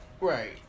Right